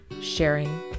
sharing